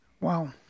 wow